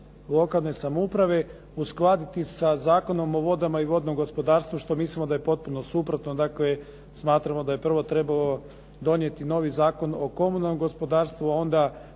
lokalne samouprave uskladiti sa Zakonom o vodama i vodnom gospodarstvu što mislimo da je potpuno suprotno. Dakle, smatramo da je prvo trebalo donijeti novi Zakon o komunalnom gospodarstvu a onda